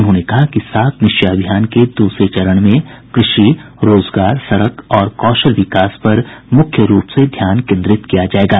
उन्होंने कहा कि सात निश्चय अभियान के दूसरे चरण में कृषि रोजगार सड़क और कौशल विकास पर मुख्य रूप से ध्यान केन्द्रित किया जायेगा